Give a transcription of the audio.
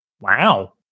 Wow